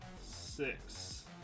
six